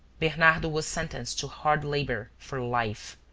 bernardo was sentenced to hard labor for life.